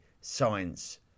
science